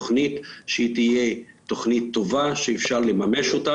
תוכנית שתהיה תוכנית טובה שאפשר לממש,